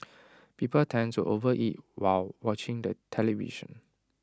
people tend to overeat while watching the television